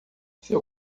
seu